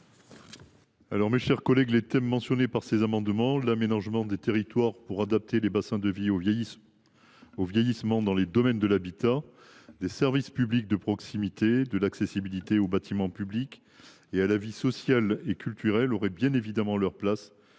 commission ? Les thèmes mentionnés par ces amendements identiques – l’aménagement des territoires pour adapter les bassins de vie au vieillissement dans le domaine de l’habitat, les services publics de proximité, l’accessibilité aux bâtiments publics et à la vie sociale et culturelle – auraient bien évidemment leur place